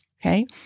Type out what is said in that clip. okay